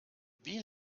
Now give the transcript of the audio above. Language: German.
wie